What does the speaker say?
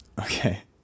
Okay